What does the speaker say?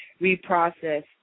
reprocess